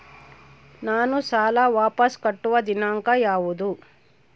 ನಾನು ಸಾಲ ವಾಪಸ್ ಕಟ್ಟುವ ದಿನಾಂಕ ಯಾವುದು?